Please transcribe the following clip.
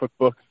cookbooks